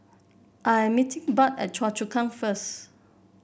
I am meeting Budd at Choa Chu Kang first